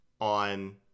on